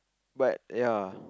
but ya